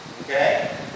Okay